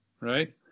right